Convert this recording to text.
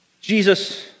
Jesus